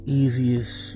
easiest